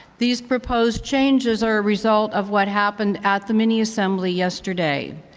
these proposed changes are a result of what happened at the mini-assembly yesterday